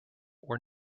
were